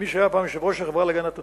מי שהיה פעם יושב-ראש החברה להגנת הטבע,